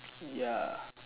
ya